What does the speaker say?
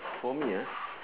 for me